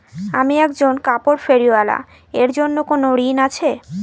আমি একজন কাপড় ফেরীওয়ালা এর জন্য কোনো ঋণ আছে?